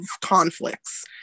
conflicts